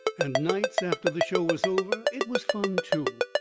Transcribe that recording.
and nights after the show was over it was fun, too.